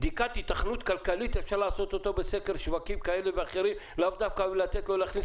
בדיקת היתכנות כלכלית אפשר לעשות בסקר שוק ולאו דווקא לתת לו להכניס